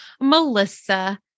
Melissa